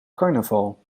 carnaval